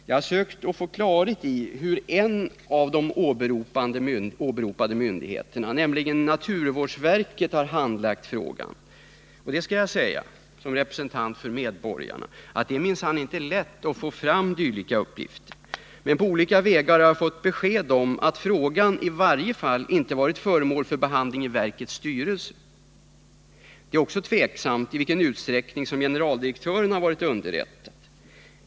Jag har försökt få klarhet i hur en av de åberopade myndigheterna, nämligen naturvårdsverket, handlagt frågan. Och det skall jag säga som representant för medborgarna att det minsann inte är så lätt att få fram dylika uppgifter. Men på olika vägar har jag dock fått besked om att frågan i varje fall inte varit föremål för behandling i verkets styrelse. Det är också tveksamt i vilken utsträckning som generaldirektören har varit underrättad.